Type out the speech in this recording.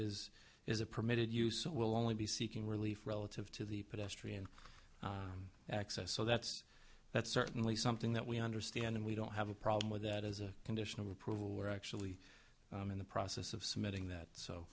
is is a permitted use it will only be seeking relief relative to the pedestrian access so that's that's certainly something that we understand and we don't have a problem with that as a condition of approval we're actually in the process of submitting that so